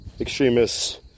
extremists